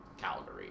Calgary